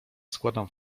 składam